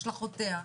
השלכותיה,